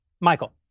Michael